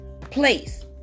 place